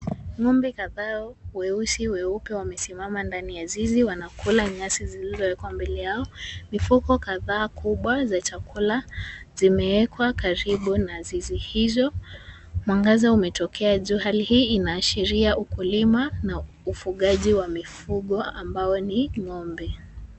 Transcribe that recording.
Ng'ombe kadhaa; weusi weupe wamesimama ndani ya zizi wanakula nyasi zilizowekwa mbele yao. Mifuko kadhaa kubwa za chakula zimeekwa karibu na zizi hizo. Mwangaza umetokea juu, hali hii inaashiria ukulima na ufugaji wa mifugo ambao ni ng'ombe.